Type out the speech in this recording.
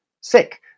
sick